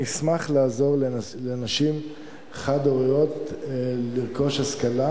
אני אשמח לעזור לנשים חד-הוריות לרכוש השכלה,